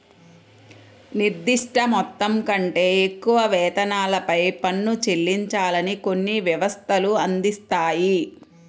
నిర్దిష్ట మొత్తం కంటే ఎక్కువ వేతనాలపై పన్ను చెల్లించాలని కొన్ని వ్యవస్థలు అందిస్తాయి